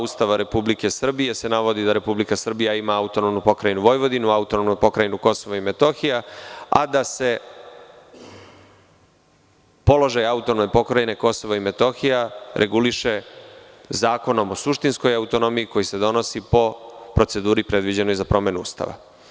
Ustava Republike Srbije se navodi da Republika Srbija ima AP Vojvodinu, AP Kosovo i Metohija, a da se položaj AP Kosova i Metohija reguliše Zakonom o suštinskoj autonomiji koji se donosi po proceduri predviđenoj za promenu Ustava.